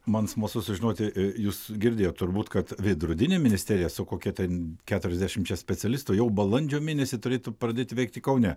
man smalsu sužinoti ė jūs girdėjot turbūt kad veidrodinė ministerija su kokia ten keturiasdešimčia specialistų jau balandžio mėnesį turėtų pradėti veikti kaune